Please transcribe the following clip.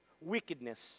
wickedness